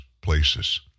places